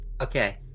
Okay